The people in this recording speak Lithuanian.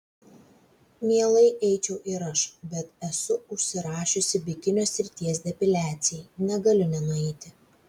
mielai eičiau ir aš bet esu užsirašiusi bikinio srities depiliacijai negaliu nenueiti